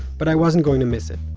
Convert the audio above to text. but, i wasn't going to miss it.